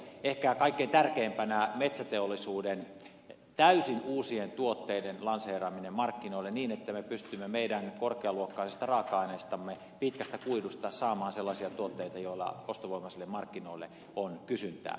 ehkä kaikkein tärkeimpänä on metsäteollisuuden täysin uusien tuotteiden lanseeraaminen markkinoille niin että me pystymme meidän korkealuokkaisesta raaka aineestamme pitkästä kuidusta saamaan sellaisia tuotteita joilla ostovoimaisille markkinoille on kysyntää